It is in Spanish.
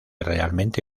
realmente